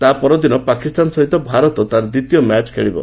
ତା' ପରଦିନ ପାକିସ୍ତାନ ସହିତ ଭାରତ ଦ୍ୱିତୀୟ ମ୍ୟାଚ୍ ଖେଳିବ